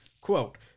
quote